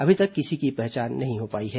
अभी तक किसी की पहचान नहीं हो पाई है